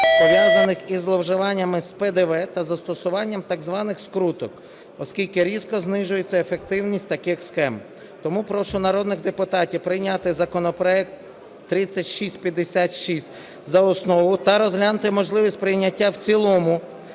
пов'язаних із зловживаннями з ПДВ та застосуванням так званих "скруток", оскільки різко знижується ефективність таких схем. Тому прошу народних депутатів прийняти законопроект 3656 за основу та розглянути можливість прийняття в цілому